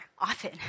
often